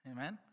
Amen